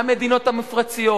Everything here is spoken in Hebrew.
מדינות המפרץ,